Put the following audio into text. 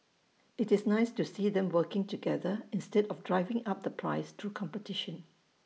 IT is nice to see them working together instead of driving up the price through competition